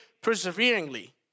perseveringly